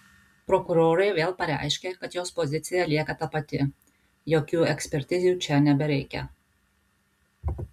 prokurorė vėl pareiškė kad jos pozicija lieka ta pati jokių ekspertizių čia nebereikia